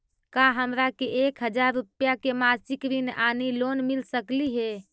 का हमरा के एक हजार रुपया के मासिक ऋण यानी लोन मिल सकली हे?